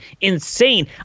insane